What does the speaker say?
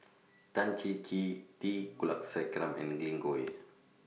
Tan Cheng Kee T Kulasekaram and Glen Goei